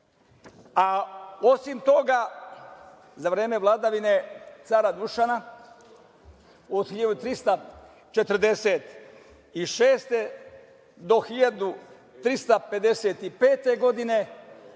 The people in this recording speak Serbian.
Osim toga, za vreme vladavine cara Dušana od 1346. do 1355. godine